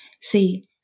See